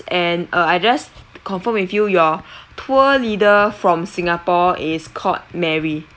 and uh I just confirm with you your tour leader from singapore is called mary